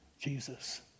Jesus